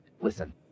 listen